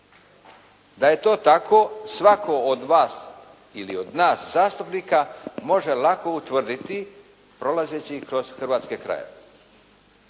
Da je to tako, svatko od vas ili od nas zastupnika može lako utvrditi prolazeći kroz hrvatske krajeve